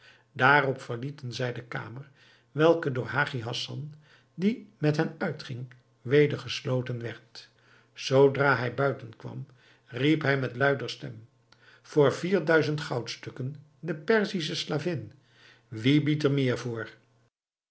daarop verlieten zij de kamer welke door hagi hassan die met hen uitging weder gesloten werd zoodra hij buiten kwam riep hij met luider stem voor vier duizend goudstukken de perzische slavin wie biedt er meer voor